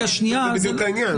זה בדיוק העניין.